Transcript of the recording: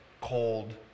Cold